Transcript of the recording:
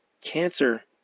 cancer